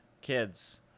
kids